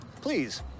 please